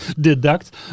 deduct